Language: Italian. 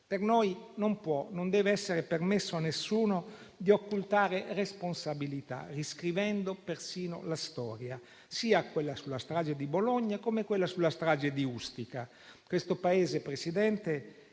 Per noi non può e non deve essere permesso a nessuno di occultare responsabilità, riscrivendo persino la storia, sia quella sulla strage di Bologna che quella sulla strage di Ustica. Questo Paese ha già